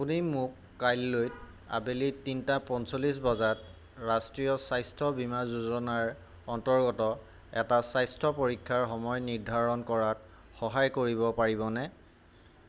আপুনি মোক কাইলৈ আবেলি তিনিটা পঞ্চল্লিছ বজাত ৰাষ্ট্ৰীয় স্বাস্থ্য বীমা যোজনাৰ অন্তৰ্গত এটা স্বাস্থ্য পৰীক্ষাৰ সময় নিৰ্ধাৰণ কৰাত সহায় কৰিব পাৰিবনে